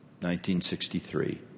1963